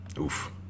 Oof